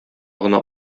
гына